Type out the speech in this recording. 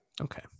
Okay